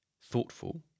thoughtful